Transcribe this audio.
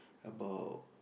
about